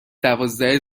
دوازده